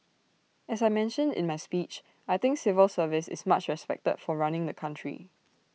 as I mentioned in my speech I think our civil service is much respected for running the country